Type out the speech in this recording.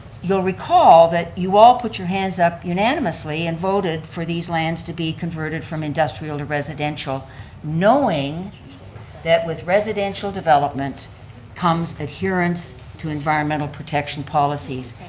you'll recall that you all put your hands up unanimously and voted for these lands to be converted from industrial to residential knowing that with residential development comes adherence to environmental protection policies,